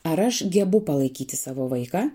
ar aš gebu palaikyti savo vaiką